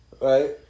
Right